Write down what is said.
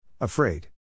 Afraid